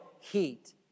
heat